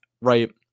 right